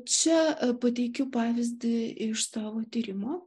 čia pateikiu pavyzdį iš savo tyrimo